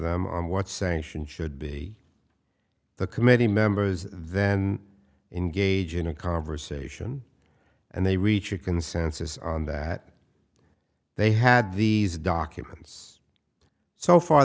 them what sanction should be the committee members then engage in a conversation and they reach a consensus on that they had these documents so far